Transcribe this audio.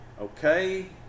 okay